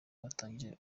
batangije